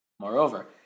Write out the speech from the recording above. Moreover